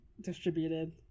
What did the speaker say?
distributed